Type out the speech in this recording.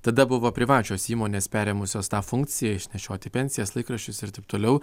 tada buvo privačios įmonės perėmusios tą funkciją išnešioti pensijas laikraščius ir taip toliau